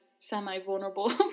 semi-vulnerable